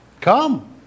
Come